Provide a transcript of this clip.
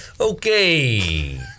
Okay